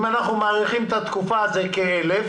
אם אנחנו מאריכים את התקופה זה כ-1,000,